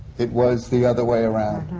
it was the other way around.